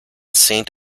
saint